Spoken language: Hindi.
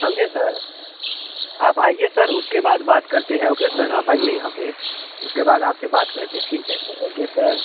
समझे सर आप आइए सर उसके बाद बात करते हैं ओके सर आप आइए यहाँ पर उसके बाद आपसे बात करते ठीक है सर ओके सर